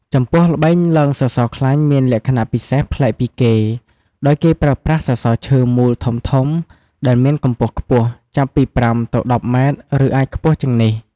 ចំពោះល្បែងឡើងសសរខ្លាញ់មានលក្ខណៈពិសេសប្លែកពីគេ ដោយគេប្រើប្រាស់ សសរឈើមូលធំៗ ដែលមានកម្ពស់ខ្ពស់ ចាប់ពី ៥ ទៅ ១០ ម៉ែត្រ ឬអាចខ្ពស់ជាងនេះ។